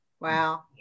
wow